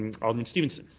and alderman stevenson?